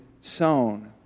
sown